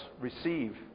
receive